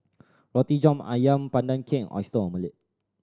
Roti John Ayam Pandan Cake and Oyster Omelette